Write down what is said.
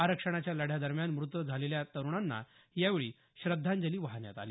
आरक्षणाच्या लढ्यादरम्यान मृत झालेल्या तरुणांना यावेळी श्रद्धांजली वाहण्यात आली